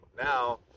now